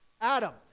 Adam